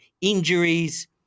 Injuries